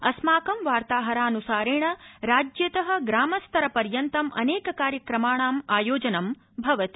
अस्माकं वार्ताहरानुसारेण राज्यत ग्राम स्तर पर्यन्तं अनेक कार्यक्रमाणां आयोजनं भवति